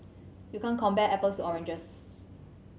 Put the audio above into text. you can't compare apples oranges